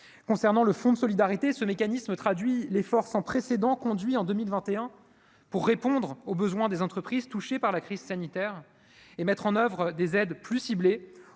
concernant le fonds de solidarité ce mécanisme traduit l'effort sans précédent conduit en 2021 pour répondre aux besoins des entreprises touchées par la crise sanitaire et mettre en oeuvre des aides plus ciblées,